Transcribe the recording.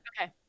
Okay